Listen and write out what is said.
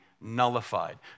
nullified